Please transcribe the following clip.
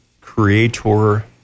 creator